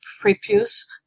prepuce